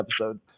episode